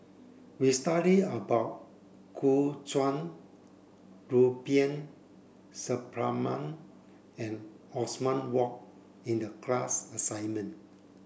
we study about Gu Juan Rubiah Suparman and Othman Wok in the class assignment